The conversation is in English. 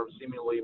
seemingly